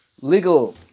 legal